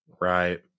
Right